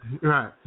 Right